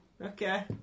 Okay